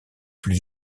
plus